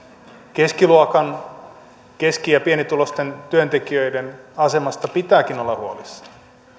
keskiluokan keski ja pienituloisten työntekijöiden asemasta pitääkin olla huolissaan